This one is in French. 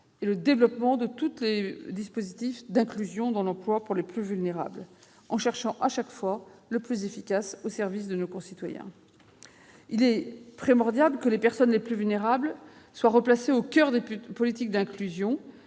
du développement de tous les dispositifs d'inclusion dans l'emploi pour les plus vulnérables, en cherchant à chaque fois le plus efficace au service de nos concitoyens. Il est primordial que les personnes les plus vulnérables soient replacées au coeur des politiques d'inclusion.